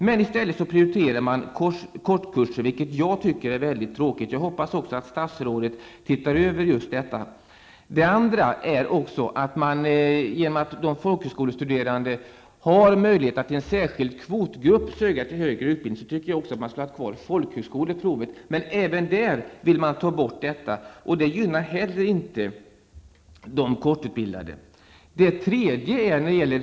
Man prioriterade i stället kortkurser, vilket jag tycker är mycket tråkigt. Jag hoppas att statsrådet ser över detta. Eftersom de folkhögskolestuderande har möjlighet att i en särskild kvotgrupp söka till högre utbildning, tycker jag att man skulle ha kvar högskoleprovet. Man vill ta bort det, vilket inte heller gynnar de kortutbildade.